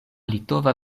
litova